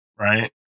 Right